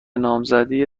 نامزدی